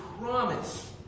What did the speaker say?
promise